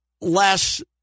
less